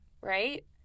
right